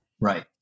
Right